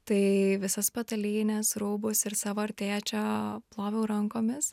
tai visas patalynes rūbus ir savo ir tėčio ploviau rankomis